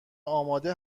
آماده